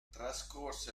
trascorse